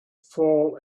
fall